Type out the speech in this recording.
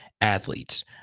athletes